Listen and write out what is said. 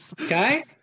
okay